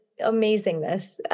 amazingness